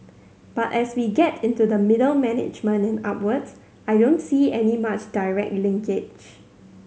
but as we get into the middle management and upwards I don't see any much direct linkage